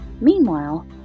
Meanwhile